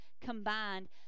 combined